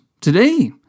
Today